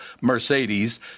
Mercedes